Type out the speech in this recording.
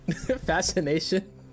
fascination